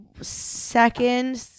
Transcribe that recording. second